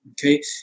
Okay